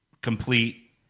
complete